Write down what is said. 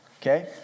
Okay